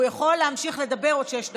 הוא יכול להמשיך לדבר עוד שש דקות.